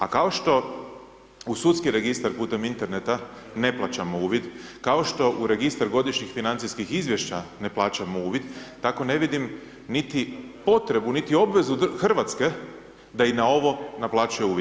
A kao što u sudski registar putem Interneta ne plaćamo uvid, kao što u registar Godišnjih financijskih izvješća ne plaćamo uvid, tako ne vidim niti potrebu, niti obvezu RH da i na ovo naplaćuje uvid.